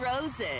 Roses